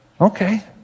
Okay